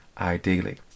ideally